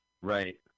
right